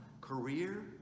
career